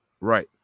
Right